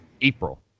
April